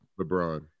LeBron